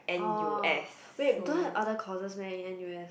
orh wait don't have other courses meh in n_u_s